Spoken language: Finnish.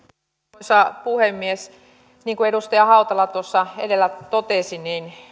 arvoisa puhemies niin kuin edustaja hautala tuossa edellä totesi